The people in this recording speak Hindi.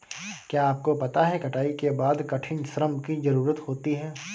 क्या आपको पता है कटाई के बाद कठिन श्रम की ज़रूरत होती है?